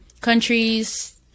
countries